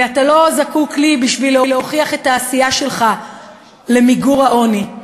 ואתה לא זקוק לי בשביל להוכיח את העשייה שלך למיגור העוני,